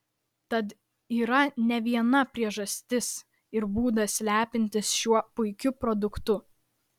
tad yra ne viena priežastis ir būdas lepintis šiuo puikiu produktu